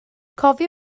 cofia